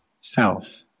self